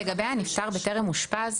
לגבי הנוסח של הנפטר בטרם אושפז,